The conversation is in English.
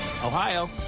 Ohio